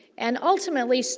and, ultimately, so